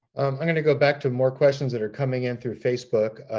i'm going to go back to more questions that are coming in through facebook.